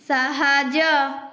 ସାହାଯ୍ୟ